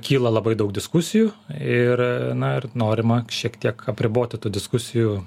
kyla labai daug diskusijų ir na ir norima šiek tiek apriboti tų diskusijų